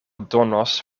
donos